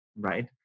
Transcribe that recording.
right